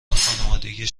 خانوادگی